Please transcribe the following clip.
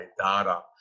data